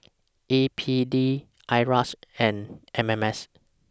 A P D IRAS and M M S